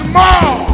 more